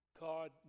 God